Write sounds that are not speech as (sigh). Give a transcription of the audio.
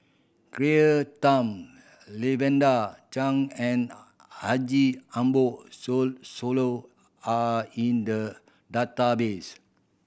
Claire Tham Lavender Chang and Haji Ambo (unintelligible) Sooloh are in the database